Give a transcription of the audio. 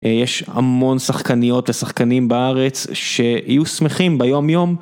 יש המון שחקניות ושחקנים בארץ שיהיו שמחים ביום יום.